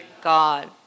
God